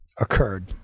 occurred